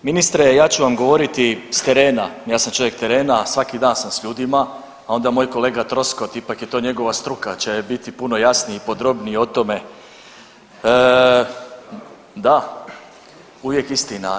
Ministre, ja ću vam govoriti s terena, ja sam čovjek terena, svaki dan sam s ljudima, a onda moj kolega Troskot, ipak je to njegova struka, će biti puno jasniji i podrobniji o tome. … [[Upadica iz klupe se ne razumije]] Da, uvijek istina.